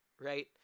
right